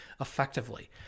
effectively